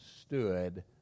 stood